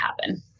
happen